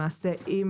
למעשה עם